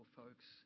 folks